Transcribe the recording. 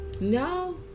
no